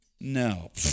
No